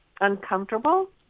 uncomfortable